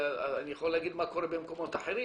אני יכול להגיד מה קורה במקומות אחרים.